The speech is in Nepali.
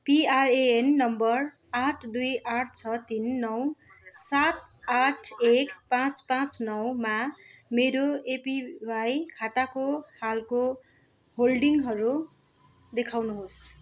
पीआरएएन नम्बर आठ दुई आठ छ तिन नौ सात आठ एक पाँच पाँच नौमा मेरो एपिवाई खाताको हालको होल्डिङहरू देखाउनुहोस्